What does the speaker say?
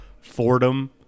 Fordham